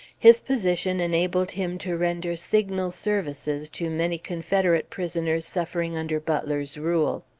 his position enabled him to render signal services to many confederate prisoners suffering under butler's rule.